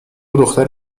دختر